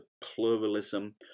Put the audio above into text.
pluralism